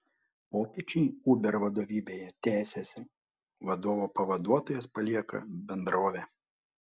pokyčiai uber vadovybėje tęsiasi vadovo pavaduotojas palieka bendrovę